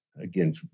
again